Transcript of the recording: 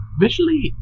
Visually